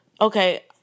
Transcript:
okay